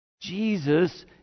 Jesus